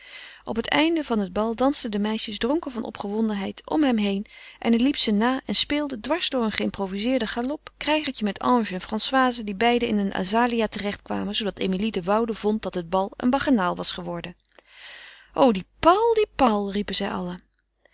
op het einde van het bal dansten de meisjes dronken van opgewondenheid om hem heen en hij liep ze na en speelde dwars door een geïmprovizeerden galop krijgertje met ange en françoise die beiden in een azalea terecht kwamen zoodat emilie de woude vond dat het bal een bacchanaal was geworden o die paul die paul riepen zij allen